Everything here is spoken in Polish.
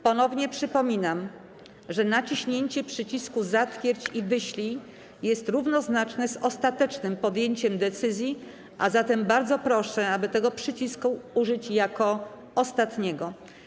Ponownie przypominam, że naciśniecie przycisku „Zatwierdź i wyślij” jest równoznaczne z ostatecznym podjęciem decyzji, a zatem bardzo proszę, aby tego przycisku użyć jako ostatniego.